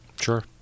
Sure